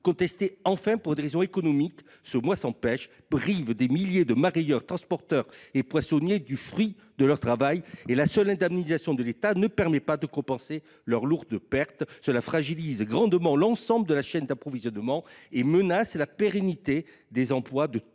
contesté, enfin, pour des raisons économiques. En effet, le mois sans pêche prive des milliers de mareyeurs, de transporteurs et de poissonniers du fruit de leur travail, tandis que la seule indemnisation de l’État ne permet pas de compenser leurs lourdes pertes. Cela fragilise grandement l’ensemble de la chaîne d’approvisionnement et menace la pérennité des emplois de toute